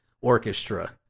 orchestra